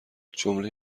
جمله